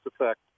Effect